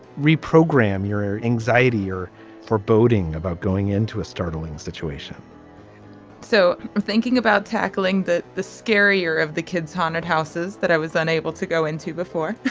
reprogram your anxiety or foreboding about going into a startling situation so i'm thinking about tackling that the scarier of the kids haunted houses that i was unable to go into before